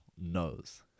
knows